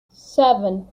seven